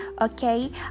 okay